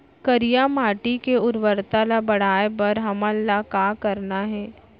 करिया माटी के उर्वरता ला बढ़ाए बर हमन ला का करना हे?